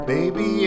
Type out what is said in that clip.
Baby